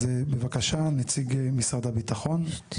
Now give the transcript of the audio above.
אז בבקשה, נציג משרד הביטחון.